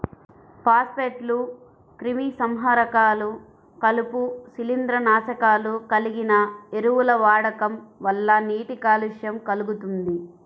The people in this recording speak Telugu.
ఫాస్ఫేట్లు, క్రిమిసంహారకాలు, కలుపు, శిలీంద్రనాశకాలు కలిగిన ఎరువుల వాడకం వల్ల నీటి కాలుష్యం కల్గుతుంది